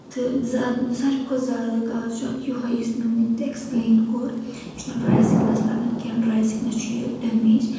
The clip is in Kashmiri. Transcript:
تہٕ زیاد ساروٕے کھۄتہٕ زیادٕ کاز چھُ اتھ یہے یُس مےٚ وُنۍ تۄہہِ ایٚکٕسپلین کوٚر یہِ چھُ نہٕ ڈرے سِکنس لگان کینٛہہ ڈرے سِکنس چھُ یہِ ڈمیج